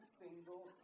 single